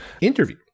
interview